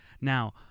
Now